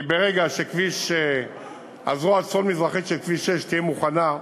כי ברגע שהזרוע הצפון-מזרחית של כביש 6 תהיה מוכנה,